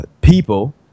people